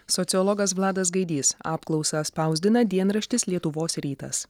sociologas vladas gaidys apklausą spausdina dienraštis lietuvos rytas